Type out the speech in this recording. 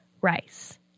Rice